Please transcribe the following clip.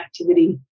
activity